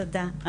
תודה,